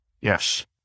yes